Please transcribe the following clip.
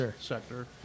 sector